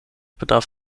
bedarf